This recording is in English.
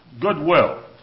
goodwill